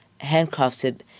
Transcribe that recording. handcrafted